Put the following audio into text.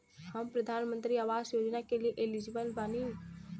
हम प्रधानमंत्री आवास योजना के लिए एलिजिबल बनी?